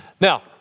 Now